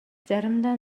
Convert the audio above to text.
заримдаа